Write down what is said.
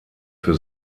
für